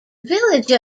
village